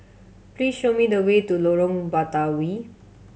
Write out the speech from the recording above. please show me the way to Lorong Batawi